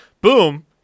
boom